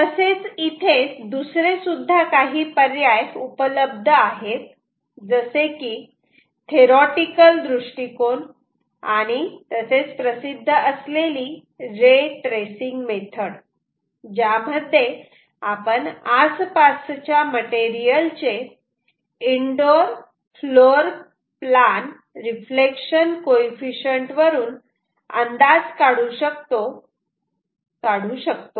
तसेच इथे दुसरे सुद्धा काही पर्याय उपलब्ध आहेत जसे की थेरॉटिकल दृष्टीकोन आणि तसेच प्रसिद्ध असलेली रे ट्रेसिंग मेथड ज्यामध्ये आपण आसपासच्या मटेरियल चे indoor floor plan reflection coefficient वरून अंदाज काढू शकतो